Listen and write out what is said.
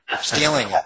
stealing